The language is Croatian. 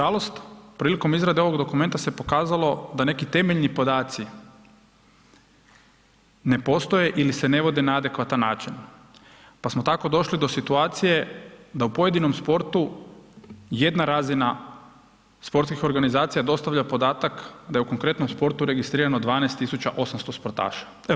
Nažalost, prilikom izrade ovog dokumenta se pokazalo da neki temeljni podaci ne postoje ili se ne vode na adekvatan način, pa smo tako došli do situacije da u pojedinom sportu jedna razina sportskih organizacija dostavlja podatak da je u konkretnom sportu registrirano 12 800 sportaša.